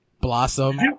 Blossom